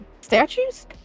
statues